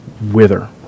wither